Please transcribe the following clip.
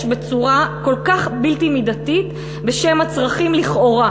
בצורה כל כך בלתי מידתית בשם הצרכים לכאורה,